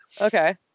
okay